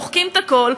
מוחקים את הכול,